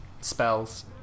spells